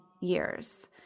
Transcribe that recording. years